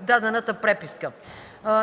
дадената преписка.